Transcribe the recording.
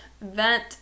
vent